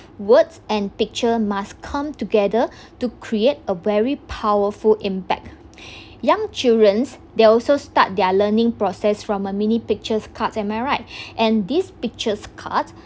words and picture must come together to create a very powerful impact young children's they also start their learning process from a mini pictures cards am I right and these pictures card